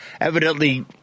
evidently